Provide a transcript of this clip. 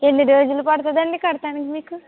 ఎన్ని రోజులు పడుతుందండి కట్టటానికి మీకు